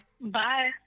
bye